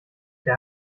der